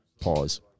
pause